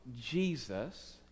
Jesus